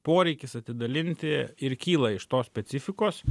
poreikis atidalinti ir kyla iš tos specifikos